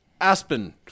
Aspen